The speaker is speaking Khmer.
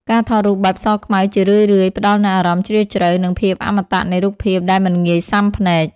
ការថតរូបបែបសខ្មៅ ជារឿយៗផ្ដល់នូវអារម្មណ៍ជ្រាលជ្រៅ និងភាពអមតៈនៃរូបភាពដែលមិនងាយស៊ាំភ្នែក។